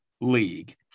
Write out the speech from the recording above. League